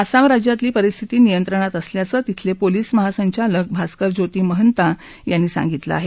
आसाम राज्यातली परिस्थिती नियंत्रणात असल्याचं तिथले पोलीस महासंचालक भास्कर ज्योती महंता यांनी सांगितलं आहे